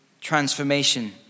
transformation